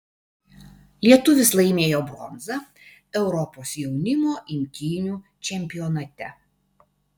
lietuvis laimėjo bronzą europos jaunimo imtynių čempionate